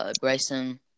Bryson